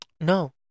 no